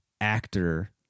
actor